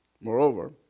Moreover